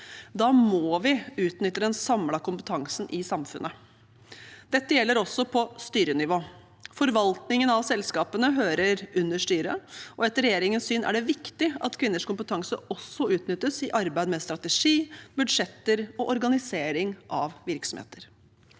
Da må vi utnytte den samlede kompetansen i samfunnet. Dette gjelder også på styrenivå. Forvaltningen av selskapene hører under styret, og etter regjeringens syn er det viktig at kvinners kompetanse også utnyttes i arbeid med strategi, budsjetter og organisering av virksomheter.